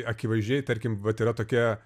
akivaizdžiai tarkim vat yra tokia